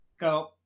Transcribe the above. go